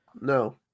No